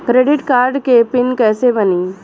Credit card के pin कैसे बनी?